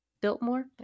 Biltmore